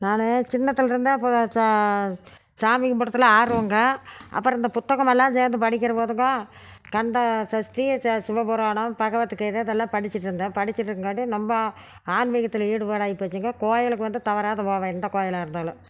நான் சின்னதிலிருந்தே அப்புறம் சா சாமி கும்பிட்றதுல ஆர்வங்க அப்பர் இந்த புத்தகமெல்லாம் சேர்ந்து படிக்கிற போதுங்க கந்த சஷ்டி சே சிவபுராணம் பகவத் கீதை இதெல்லாம் படிச்சிட்டிருந்தேன் படிச்சிட்டிருக்கங்காட்டி ரொம்ப ஆன்மீகத்தில் ஈடுபாடு ஆகிப்போச்சிங்க கோயிலுக்கு வந்து தவறாத போவேன் எந்த கோயிலாக இருந்தாலும்